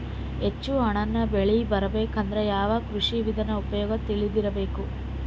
ಹೆಚ್ಚು ಹಣ್ಣನ್ನ ಬೆಳಿ ಬರಬೇಕು ಅಂದ್ರ ಯಾವ ಕೃಷಿ ವಿಧಾನ ಉಪಯೋಗ ತಿಳಿದಿರಬೇಕು?